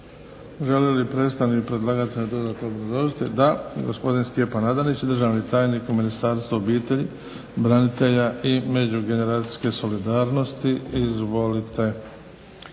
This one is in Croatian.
Želi li predstavnik predlagatelja dodatno obrazložiti? Da. Gospodin Stjepan Adanić, državni tajnik u Ministarstvu obitelji, branitelja i međugeneracijske solidarnosti. Izvolite.